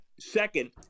second